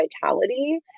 vitality